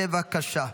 בבקשה.